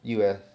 U_S